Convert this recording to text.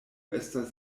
estas